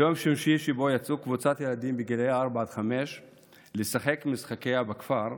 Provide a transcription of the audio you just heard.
ביום שמשי שבו יצאה קבוצת ילדים בגילאי ארבע עד חמש לשחק במשחקייה בכפר,